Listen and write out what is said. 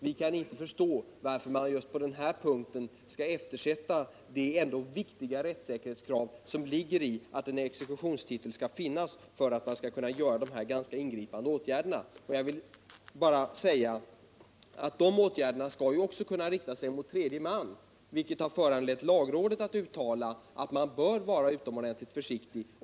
Vi kan inte förstå varför man just på den här punkten skall eftersätta de ändå viktiga rättssäkerhetskrav som ligger iatten exekutionstitel skall finnas för att man skall kunna vidta dessa ganska ingripande åtgärder. Dessa åtgärder skall ju också kunna rikta sig mot tredje man, vilket har föranlett lagrådet att uttala att man bör vara utomordentligt försiktig.